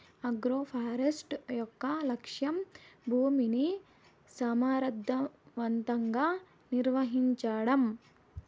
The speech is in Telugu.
ఆగ్రోఫారెస్ట్రీ యొక్క లక్ష్యం భూమిని సమర్ధవంతంగా నిర్వహించడం